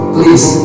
Please